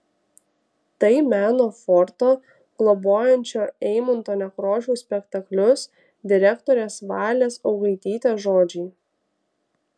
tai meno forto globojančio eimunto nekrošiaus spektaklius direktorės valės augaitytės žodžiai